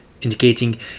indicating